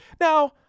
now